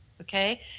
Okay